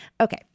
Okay